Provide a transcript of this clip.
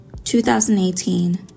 2018